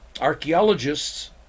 archaeologists